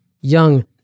young